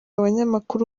abanyamakuru